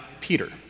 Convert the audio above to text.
Peter